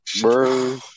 bro